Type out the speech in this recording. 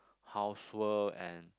housework and